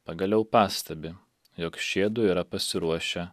pagaliau pastebi jog šiedu yra pasiruošę